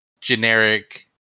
generic